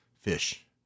fish